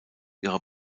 ihre